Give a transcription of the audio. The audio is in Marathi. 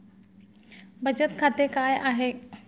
बचत खाते काय आहे?